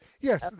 Yes